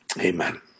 Amen